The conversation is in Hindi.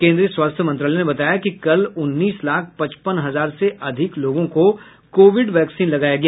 केन्द्रीय स्वास्थ्य मंत्रालय ने बताया कि कल उन्नीस लाख पचपन हजार से अधिक लोगों को कोविड वैक्सीन लगाया गया